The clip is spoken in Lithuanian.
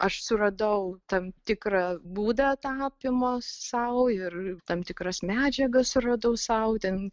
aš suradau tam tikrą būdą tapymo sau ir tam tikras medžiagas radau sau ten